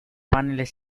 paneles